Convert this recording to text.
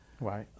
Right